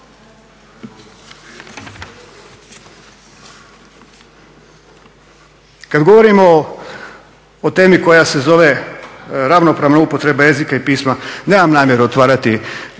Kad govorimo o temi koja se zove ravnopravna upotreba jezika i pisma nemam namjeru otvarati